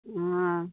हाँ